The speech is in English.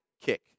kick